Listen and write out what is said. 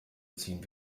ziehen